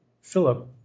Philip